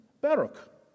Baruch